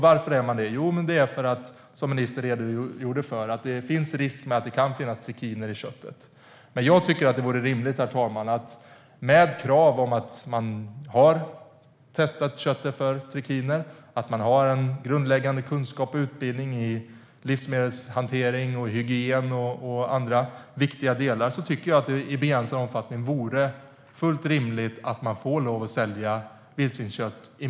Varför är de det? Jo, för att det, som ministern redogjorde för, kan finnas trikiner i köttet. Herr talman! Med krav på att man har testat köttet för trikiner och att man har grundläggande kunskap och utbildning i livsmedelshantering, hygien och annat viktigt vore det fullt rimligt att man i begränsad omfattning får lov att sälja vildsvinskött.